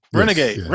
Renegade